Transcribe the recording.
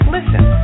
Listen